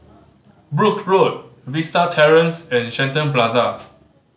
Brooke Road Vista Terrace and Shenton Plaza